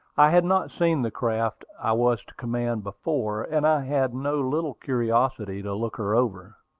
i had not seen the craft i was to command before, and i had no little curiosity to look her over.